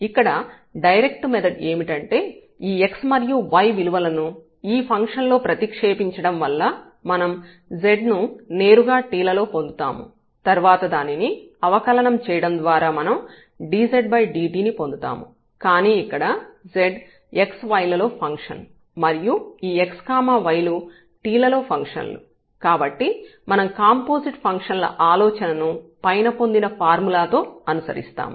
ఇక్కడ direct method ఏమిటంటే ఈ x మరియు y విలువలను ఈ ఫంక్షన్ లో ప్రతిక్షేపించడం వల్ల మనం z ను నేరుగా t లలో పొందుతాము తర్వాత దానిని అవకలనం చేయడం ద్వారా మనం dzdt ని పొందుతాము కానీ ఇక్కడ z x y లలో ఫంక్షన్ మరియు ఈ x y లు t లలో ఫంక్షన్ లు కాబట్టి మనం కాంపోజిట్ ఫంక్షన్ ల ఆలోచనను పైన పొందిన ఫార్ములాతో అనుసరిస్తాము